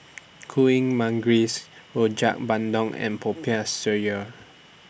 Kuih Manggis Rojak Bandung and Popiah Sayur